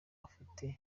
ufite